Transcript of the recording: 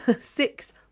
six